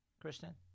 Kristen